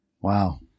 wow